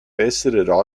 besserer